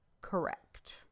correct